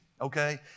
okay